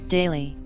Daily